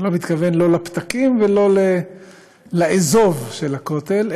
אני לא מתכוון לפתקים ולא לאזוב של הכותל,